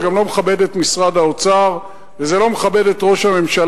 זה גם לא מכבד את משרד האוצר וזה לא מכבד את ראש הממשלה.